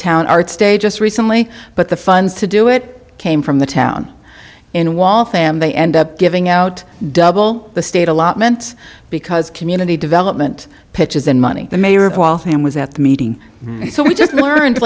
town arts day just recently but the funds to do it came from the town in waltham they end up giving out double the state allotment because community development pitches and money the mayor of waltham was at the meeting so we just learned